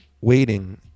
waiting